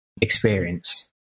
experience